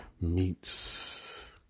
meets